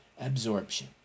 absorption